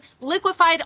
liquefied